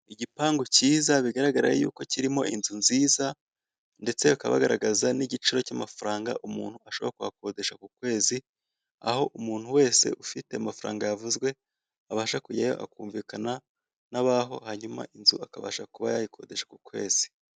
Igipangu cyiza bigaragara yuko kirimo inzu nziza, ndetse bakaba bagaragaza nigiciro cya amafarabga umuntu ashobora kuhakodesha kukwezi, aho umuntu wese ufite amafaranga yavuzwe , abasha kujyayo akumvikana nabaho hanyuma inzu akabasha kuba yayikodesha ku kwezi.